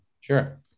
Sure